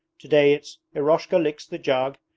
today it's eroshka licks the jug,